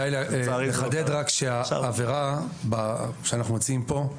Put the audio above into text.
העבירה, שאנחנו מציעים פה,